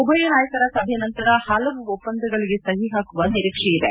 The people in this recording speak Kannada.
ಉಭಯ ನಾಯಕರ ಸಭೆ ನಂತರ ಹಲವು ಒಪ್ಪಂದಗಳಿಗೆ ಸಹಿ ಹಾಕುವ ನಿರೀಕ್ಷೆ ಇದೆ